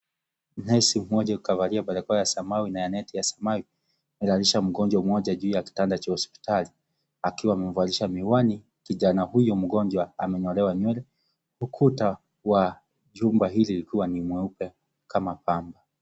Nesi mmoja kavalia barakoa ya samawi na neti za samawi, analalisha mgonjwa juu ya kitanda cha hospitali, akiwa amemvalisha miwani kijana huyo mgonjwa amwnyolewa nywele. Ukuta wa jumba hili likiwa ni mweupe kama pamba.